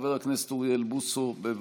חבר הכנסת אוריאל בוסו, בבקשה.